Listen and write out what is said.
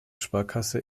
sparkasse